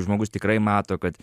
žmogus tikrai mato kad